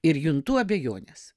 ir juntu abejones